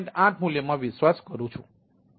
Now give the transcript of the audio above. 8 મૂલ્ય માં વિશ્વાસ કરું છું